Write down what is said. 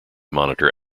monitor